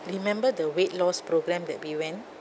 remember the weight loss program that we went